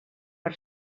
per